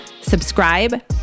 subscribe